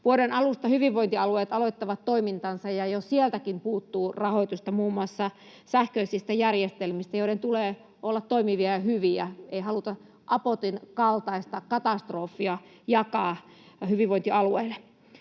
Vuoden alusta hyvinvointialueet aloittavat toimintansa, ja jo sieltäkin puuttuu rahoitusta, muun muassa sähköisistä järjestelmistä, joiden tulee olla toimivia ja hyviä — ei haluta Apotin kaltaista katastrofia jakaa hyvinvointialueille.